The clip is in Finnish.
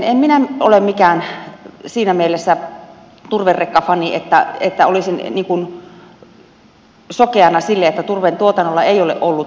en minä ole siinä mielessä mikään turverekkafani että olisin sokeana sille että turpeen tuotannolla ei ole ollut riskejä